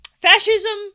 Fascism